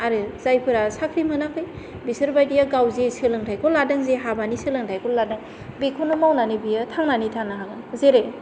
आरो जायफोरा साख्रि मोनाखै बिसोर बादिया गाव जे सोलोंथाइखौ लादों जे हाबानि सोलोंथाइखौ लादों बिखौनो मावनानै बियो थांनानै थानो हागोन जेरै